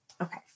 Okay